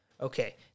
Okay